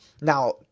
now